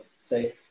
say